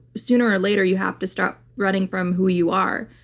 sooner or later you have to stop running from who you are.